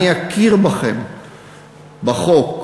אני אכיר בכם, בחוק,